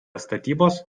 statybos